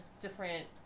different